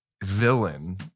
villain